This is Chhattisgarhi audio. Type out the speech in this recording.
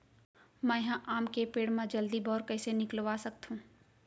मैं ह आम के पेड़ मा जलदी बौर कइसे निकलवा सकथो?